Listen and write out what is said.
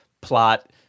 plot